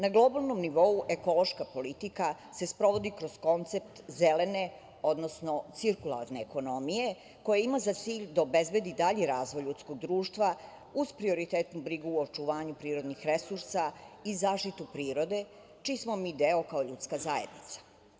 Na globalnom nivou, ekološka politika se sprovodi kroz koncept zelene odnosno cirkularne ekonomije, koja ima za cilj da obezbedi dalji razvoj ljudskog društva, uz prioritetnu brigu o očuvanju prirodnih resursa i zaštitu prirode, čiji smo mi deo kao ljudska zajednica.